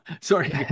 Sorry